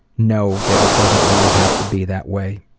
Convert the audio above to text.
know that it doesn't always have to be that way.